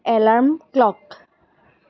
alarm clock